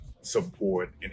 support